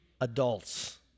adults